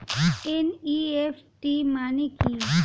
NEFT মানে কি?